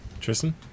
Tristan